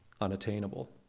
unattainable